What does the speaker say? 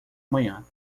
amanhã